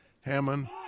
Hammond